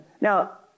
Now